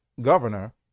governor